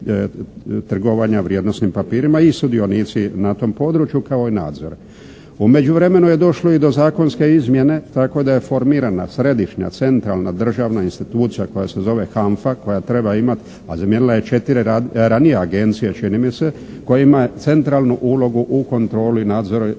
U međuvremenu je došlo i do zakonske izmjene tako da je formirana središnja centralna državna institucija koja se zove HANFA koja treba imati, a zamijenila je četiri ranije agencije čini mise koja ima centralnu ulogu u kontroli nadzora tog